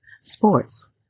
sports